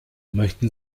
möchten